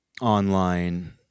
online